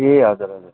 ए हजुर हजुर